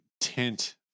tint